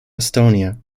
estonia